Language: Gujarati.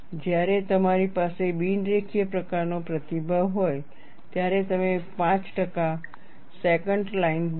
જ્યારે તમારી પાસે બિન રેખીય પ્રકારનો પ્રતિભાવ હોય ત્યારે તમે 5 ટકા સેકન્ટ લાઈન દોરો